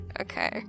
Okay